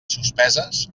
suspeses